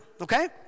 Okay